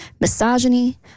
Misogyny